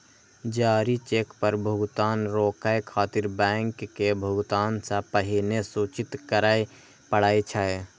जारी चेक पर भुगतान रोकै खातिर बैंक के भुगतान सं पहिने सूचित करय पड़ै छै